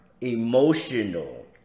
emotional